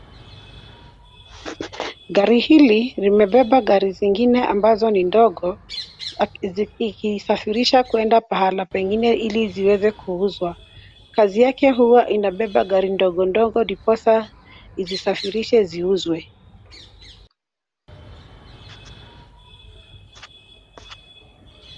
Gari hili limebeba gari zingine ambazo ni ndogo ikisafirisha kwenda pahala pengine ili ziweze kuuzwa. Kazi yake huwa inabeba gari ndogo ndogo ndiposa izisafirishe ziuzwe.